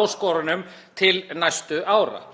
áskorunum til næstu ára?